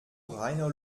reiner